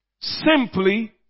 Simply